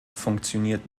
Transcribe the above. funktioniert